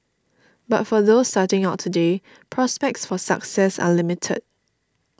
but for those starting out today prospects for success are limited